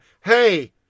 hey